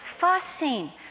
fussing